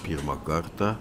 pirmą kartą